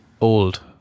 Old